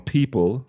People